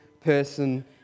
person